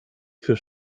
für